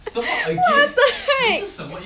what the heck